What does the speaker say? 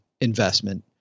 investment